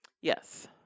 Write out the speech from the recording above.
Yes